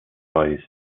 boys